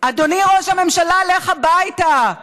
אדוני ראש שהממשלה, לך הביתה.